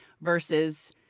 versus